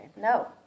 No